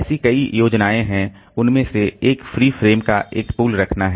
ऐसी कई योजनाएं हैं उनमें से एक फ्री फ्रेम का एक पूल रखना है